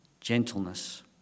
gentleness